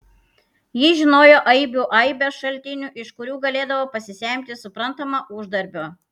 jis žinojo aibių aibes šaltinių iš kurių galėdavo pasisemti suprantama uždarbio